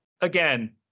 again